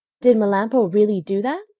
did melampo really do that?